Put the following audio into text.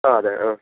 ആ അതെ ആ